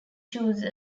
choose